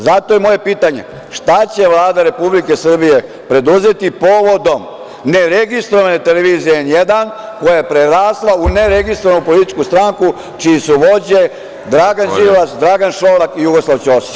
Zato je moje pitanje – šta će Vlada Republike Srbije preduzeti povodom ne registrovane televizije N1 koja je prerasla u ne registrovanu političku stranku čije su vođe Dragan Đilas, Dragan Šolak i Jugoslav Ćosić.